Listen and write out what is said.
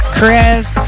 Chris